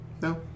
No